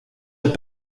jest